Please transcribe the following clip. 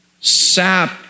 sap